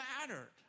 mattered